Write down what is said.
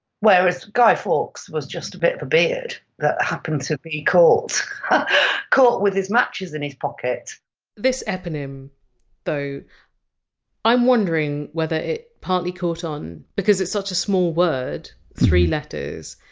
whereas guy fawkes was just a bit of a beard that happened to be caught caught with his matches in his pocket this eponym though i'm wondering whether it partly caught on because it's such a small word three letters,